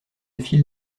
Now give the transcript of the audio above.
file